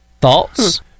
thoughts